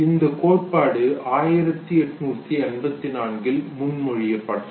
இந்தக் கோட்பாடு 1884இல் முன்மொழியப்பட்டது